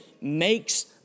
makes